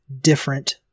different